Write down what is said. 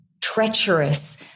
treacherous